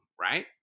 Right